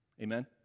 Amen